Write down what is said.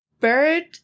bird